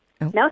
no